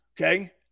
Okay